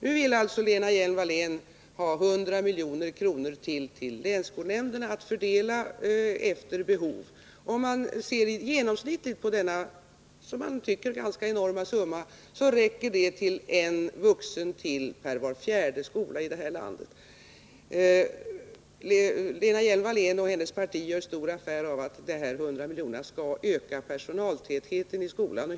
Nu vill alltså Lena Hjelm-Wallén att 100 milj.kr. skall gå till länsskol nämnderna, att fördelas efter behov. Om man ser genomsnittligt på denna, som det kan tyckas, ganska enorma summa, finner man att den räcker till för att anställa ytterligare en vuxen person vid var fjärde skola i det här landet. Lena Hjelm-Wallén och hennes parti gör stor affär av detta och säger att dessa 100 miljoner skall öka personaltätheten i skolan.